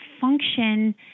function